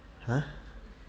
!huh!